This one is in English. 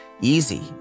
easy